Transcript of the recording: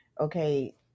okay